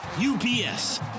UPS